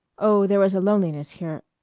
oh, there was a loneliness here